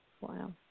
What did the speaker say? Wow